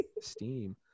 steam